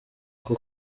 ako